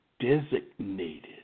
designated